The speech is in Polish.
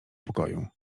pokoju